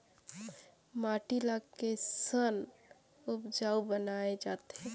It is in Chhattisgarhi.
माटी ला कैसन उपजाऊ बनाय जाथे?